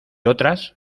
otras